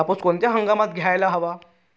कापूस कोणत्या हंगामात घ्यायला हवा?